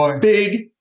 big